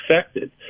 affected